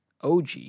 OG